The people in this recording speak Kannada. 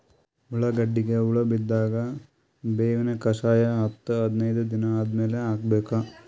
ಉಳ್ಳಾಗಡ್ಡಿಗೆ ಹುಳ ಬಿದ್ದಾಗ ಬೇವಿನ ಕಷಾಯ ಹತ್ತು ಹದಿನೈದ ದಿನ ಆದಮೇಲೆ ಹಾಕಬೇಕ?